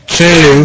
two